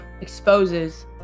exposes